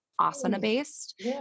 asana-based